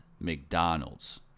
McDonald's